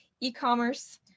e-commerce